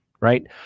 right